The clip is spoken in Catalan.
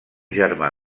germà